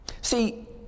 See